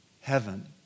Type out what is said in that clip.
heaven